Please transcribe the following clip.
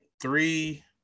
three